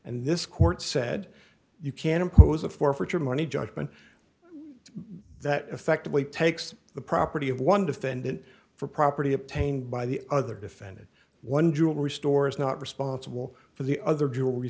and this court said you can impose a forfeiture money judgment that effectively takes the property of one defendant for property obtained by the other defendant one jewelry store is not responsible for the other jewelry